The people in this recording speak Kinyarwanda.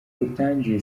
rutangiye